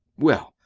well,